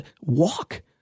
walk